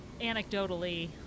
anecdotally